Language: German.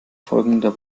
folgender